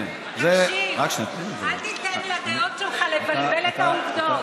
תקשיב, אל תיתן לדעות שלך לבלבל את העובדות.